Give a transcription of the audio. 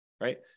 right